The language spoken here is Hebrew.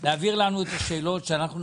להעביר את השאלות אלינו,